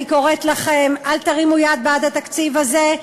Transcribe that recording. אני קוראת לכם: אל תרימו יד בעד התקציב הזה,